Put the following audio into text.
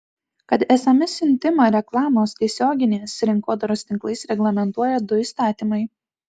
kad sms siuntimą reklamos tiesioginės rinkodaros tinklais reglamentuoja du įstatymai